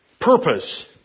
purpose